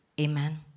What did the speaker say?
Amen